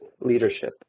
leadership